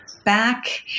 back